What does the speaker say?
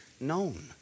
known